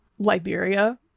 Liberia